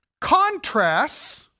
contrasts